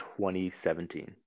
2017